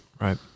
Right